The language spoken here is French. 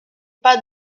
pas